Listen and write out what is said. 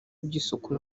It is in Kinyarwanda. by’isuku